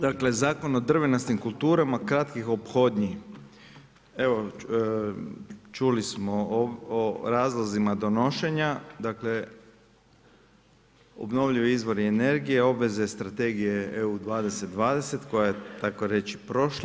Dakle, Zakon o drvenastim kulturama kratkih ophodnji, evo, čuli smo o razlozima donošenja, dakle, obnovljivi izvori energije, obveze i strategije EU 20 20 koja je tako reći prošla.